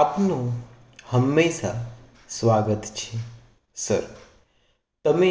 આપનું હંમેશા સ્વાગત છે સર તમે